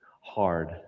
hard